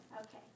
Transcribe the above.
Okay